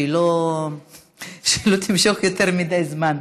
שלא תמשוך יותר מדי זמן.